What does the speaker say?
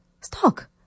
stock